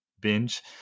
binge